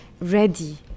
ready